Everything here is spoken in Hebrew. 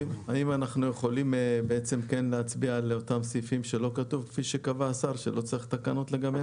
אנחנו יכולים להצביע על אותם שלא צריך תקנות לגביהם?